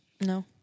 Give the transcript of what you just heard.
No